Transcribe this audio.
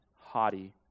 haughty